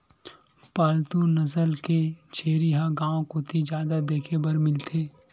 पालतू नसल के छेरी ह गांव कोती जादा देखे बर मिलथे